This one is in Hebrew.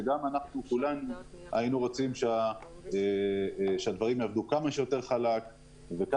שגם אנחנו כולנו היינו רוצים שהדברים יעברו כמה שיותר חלק ומהר.